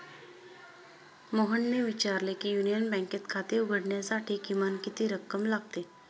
मोहनने विचारले की युनियन बँकेत खाते उघडण्यासाठी किमान किती रक्कम लागते?